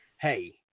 Hey